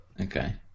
Okay